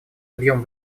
объем